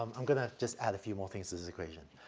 i'm, i'm gonna just add a few more things in this equation.